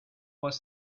was